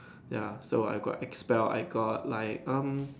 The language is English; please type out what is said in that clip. ya so I got expelled I got like um